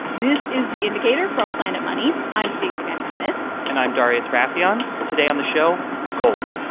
this is the indicator from planet money. i'm stacey vanek smith and i'm darius rafieyan. today on the show gold.